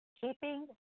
Keeping